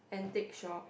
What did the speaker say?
antique shop